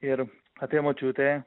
ir atėjo močiutė